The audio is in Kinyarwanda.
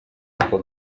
ako